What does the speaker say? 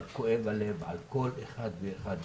אבל כואב הלב על כל אחד ואחד.